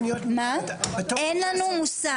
אין לנו מושג.